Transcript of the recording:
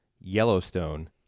Yellowstone